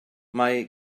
mae